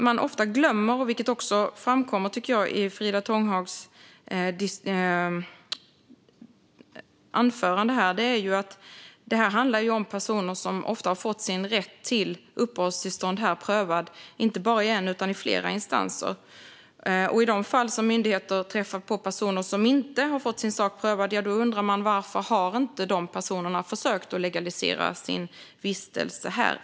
Man glömmer ofta, vilket också framkommer i Frida Tånghags anförande, att det handlar om personer som i många fall har fått sin rätt till uppehållstillstånd här prövad i inte bara en utan flera instanser. I de fall myndigheter träffar på personer som inte har fått sin sak prövad kan man undra varför de personerna inte har försökt legalisera sin vistelse här.